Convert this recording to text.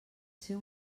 ser